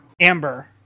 Amber